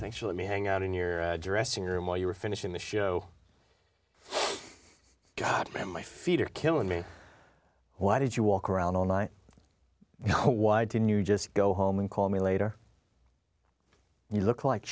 i think she let me hang out in your dressing room while you were finishing the show god my feet are killing me why did you walk around all night you know why didn't you just go home and call me later you look like